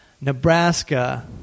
Nebraska